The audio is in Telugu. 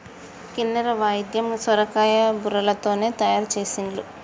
కిన్నెర వాయిద్యం సొరకాయ బుర్రలతోనే తయారు చేసిన్లట